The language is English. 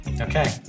Okay